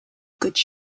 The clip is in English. goods